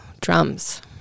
drums